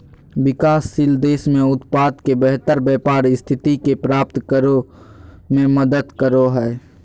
विकासशील देश में उत्पाद के बेहतर व्यापार स्थिति के प्राप्त करो में मदद करो हइ